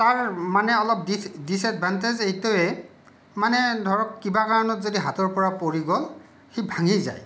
তাৰ মানে অলপ ডিচ ডিচএডভানটেজ এইটোৱেই মানে ধৰক কিবা কাৰণত যদি হাতৰ পৰা পৰি গ'ল সি ভাঙি যায়